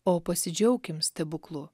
o pasidžiaukim stebuklu